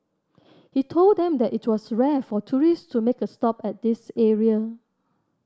he told them that it was rare for tourist to make a stop at this area